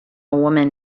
woman